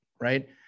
right